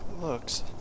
looks